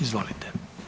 Izvolite.